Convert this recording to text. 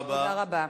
תודה רבה.